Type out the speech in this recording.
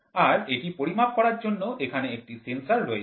আর এটি পরিমাপ করার জন্য এখানে একটি সেন্সর রয়েছে